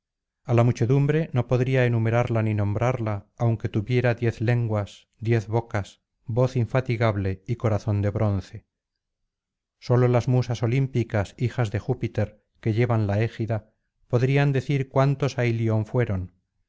a la muchedumbre no podría enumerarla ni nombrarla aunque tuviera diez lenguas diez bocas voz infatigable y corazón de bronce sólo las musas olímpicas hijas de júpiter que lleva la égida podrían decir cuántos á ilion fueron